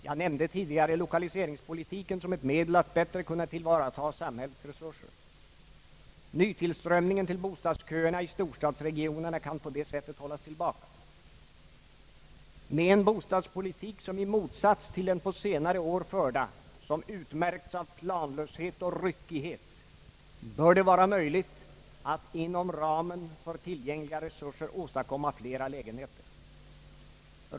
Jag nämnde tidigare lokaliseringspolitiken som ett medel att bättre kunna tillvarataga samhällets resurser. Nytillströmningen till bostadsköerna i storstadsregionerna kan på det sättet hållas tillbaka. Med en bostadspolitik som i motsats till den på senare år förda, som utmärkts av planlöshet och ryckighet, bör det vara möjligt att inom ramen för tillgängliga resurser åstadkomma flera lägenheter.